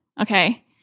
okay